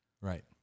right